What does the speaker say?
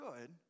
good